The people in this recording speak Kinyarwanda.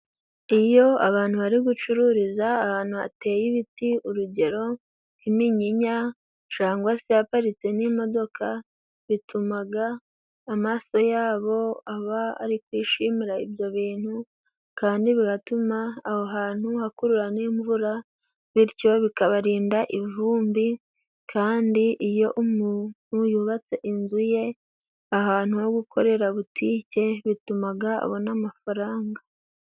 Iyo abantu bari gucururiza ahantu hateye ibiti， urugero nk'iminyinya cangwa se haparitse n'imodoka， bitumaga amaso yabo aba ari kwishimira ibyo bintu，kandi bigatuma aho hantu hakurura n 'imvura，bityo bikabarinda ivumbi kandi iyo umuntu yubatse inzu ye ahantu ho gukorera butike， bitumaga abona amafaranga.